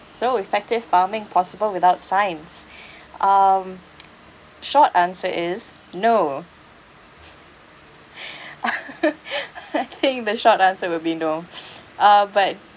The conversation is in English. so effective farming possible without science um short answer is no I think the short answer would be no uh but